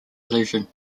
allusion